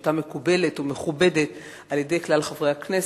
שהיתה מקובלת ומכובדת על-ידי כלל חברי הכנסת.